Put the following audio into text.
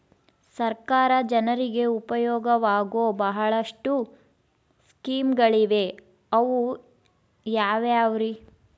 ಸರ್ಕಾರ ಜನರಿಗೆ ಉಪಯೋಗವಾಗೋ ಬಹಳಷ್ಟು ಸ್ಕೇಮುಗಳಿವೆ ಅವು ಯಾವ್ಯಾವ್ರಿ?